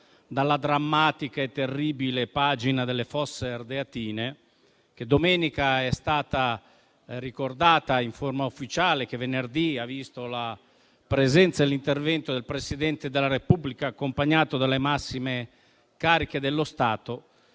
dalla drammatica e terribile pagina delle Fosse Ardeatine, che domenica è stata ricordata in forma ufficiale e venerdì ha visto la presenza e l'intervento del Presidente della Repubblica, accompagnato dalle massime cariche dello Stato,